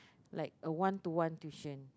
like a one to one tuition